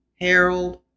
Harold